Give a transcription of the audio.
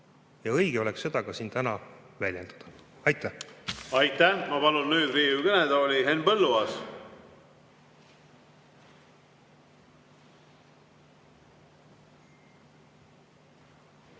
ja õige oleks seda ka siin täna väljendada. Aitäh! Aitäh! Ma palun nüüd Riigikogu kõnetooli Henn Põlluaasa.